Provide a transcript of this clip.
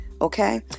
Okay